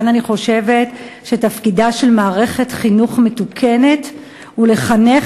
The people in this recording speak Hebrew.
אני חושבת שתפקידה של מערכת חינוך מתוקנת הוא לחנך